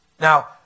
Now